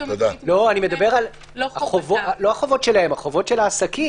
מדבר על החובות של העסקים.